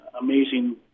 amazing